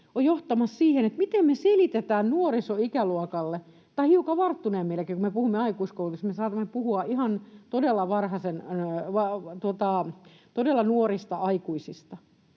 on johtamassa siihen, että me sanotaan nuorisoikäluokalle, tai hiukan varttuneemmillekin — kun me puhumme aikuiskoulutuksesta, me saatamme puhua ihan todella nuorista aikuisista,